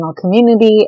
community